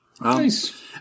Nice